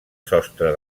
sostre